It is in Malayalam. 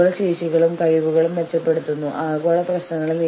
ആ ഘട്ടത്തെയാണ് തടസ്സം എന്ന് വിളിക്കുന്നത്